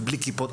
ובלי כיפות,